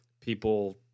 people